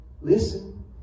listen